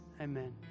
Amen